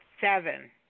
seven